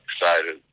excited